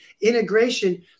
integration